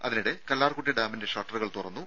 അതിനിടെ കല്ലാർകുട്ടി ഡാമിന്റെ ഷട്ടറുകൾ തുറന്നു